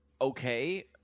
okay